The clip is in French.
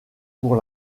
pour